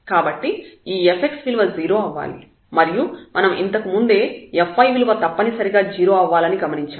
కాబట్టి ఈ fx విలువ 0 అవ్వాలి మరియు మనం ఇంతకుముందే fy విలువ తప్పనిసరిగా 0 అవ్వాలని గమనించాము